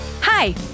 Hi